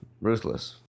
Ruthless